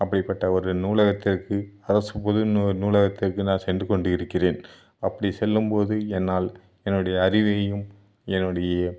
அப்படிப்பட்ட ஒரு நூலகத்திற்கு அரசு பொது நூ நூலகத்திற்கு நான் சென்று கொண்டிருக்கிறேன் அப்படி செல்லும்போது என்னால் என்னுடைய அறிவையும் என்னுடைய